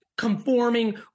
conforming